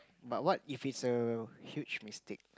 but what if it's a huge mistake